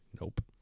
Nope